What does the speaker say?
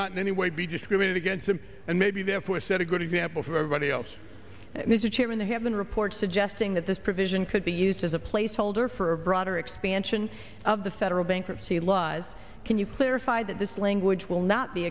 not in any way be discriminate against them and maybe therefore set a good example for everybody else mr chairman there have been reports suggesting that this provision could be used as a placeholder for a broader expansion of the federal bankruptcy law can you clarify that this language will not be